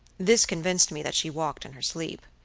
this convinced me that she walked in her sleep.